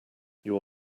your